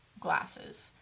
glasses